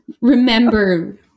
remember